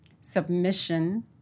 submission